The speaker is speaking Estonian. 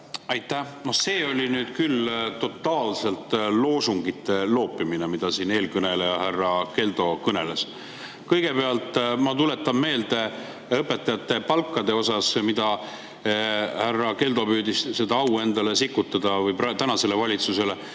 Aitäh! No see oli nüüd küll totaalne loosungite loopimine, mida siin eelkõneleja härra Keldo kõneles. Kõigepealt, ma tuletan meelde õpetajate palkade osas. Härra Keldo püüdis seda au endale või tänasele valitsusele